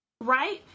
right